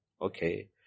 Okay